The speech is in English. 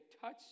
touch